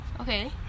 Okay